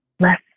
less